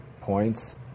points